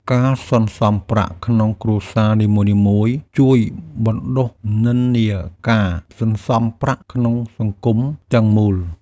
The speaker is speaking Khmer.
ការសន្សុំប្រាក់ក្នុងគ្រួសារនីមួយៗជួយបណ្ដុះនិន្នាការសន្សុំប្រាក់ក្នុងសង្គមទាំងមូល។